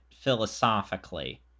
philosophically